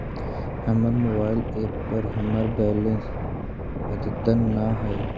हमर mobile app पर हमर बैलेंस अद्यतन ना हई